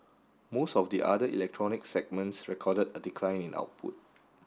most of the other electronics segments recorded a decline in output